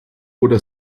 oder